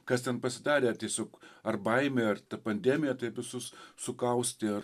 kas ten pasidarė ar tiesiog ar baimė ar pandemija taip visus sukaustė ar